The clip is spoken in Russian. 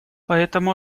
поэтому